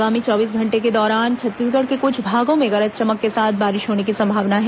आगामी चौबीस घंटे के दौरान छत्तीसगढ़ के कुछ भागों में गरज चमक के साथ बारिश होने की संभावना है